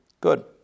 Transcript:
Good